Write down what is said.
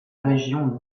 région